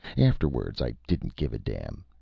afterwards, i didn't give a damn.